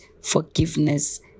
forgiveness